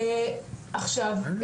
עכשיו,